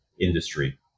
industry